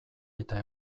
eta